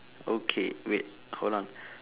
okay wait hold on